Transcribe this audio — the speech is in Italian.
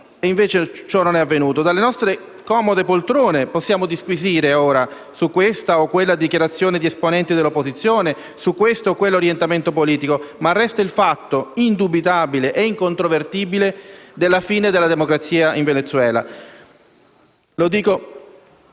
e invece ciò non è avvenuto. Dalle nostre comode poltrone possiamo disquisire ora su questa o quella dichiarazione di esponenti dell'opposizione, su questo quell'orientamento politico, ma resta il fatto indubitabile e incontrovertibile della fine della democrazia in Venezuela. Lo dico